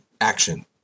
Action